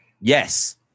Yes